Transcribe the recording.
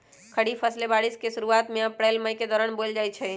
खरीफ फसलें बारिश के शुरूवात में अप्रैल मई के दौरान बोयल जाई छई